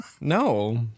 No